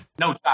No